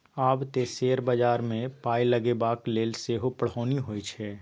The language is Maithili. आब तँ शेयर बजारमे पाय लगेबाक लेल सेहो पढ़ौनी होए छै